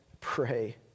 pray